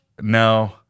No